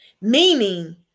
Meaning